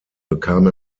bekam